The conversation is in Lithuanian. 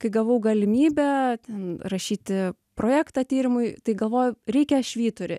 kai gavau galimybę rašyti projektą tyrimui tai galvoju reikia švyturį